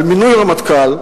על מינוי רמטכ"ל,